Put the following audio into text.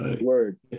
Word